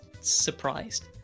surprised